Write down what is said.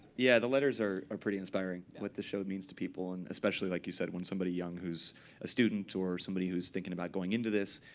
yeah. the letters are pretty inspiring what the show means to people. and especially, like you said, when somebody young who's a student, or somebody who's thinking about going into this,